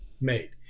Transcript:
made